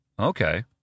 Okay